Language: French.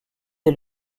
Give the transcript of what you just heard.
est